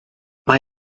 mae